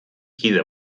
kide